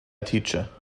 teacher